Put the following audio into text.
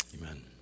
Amen